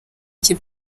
iki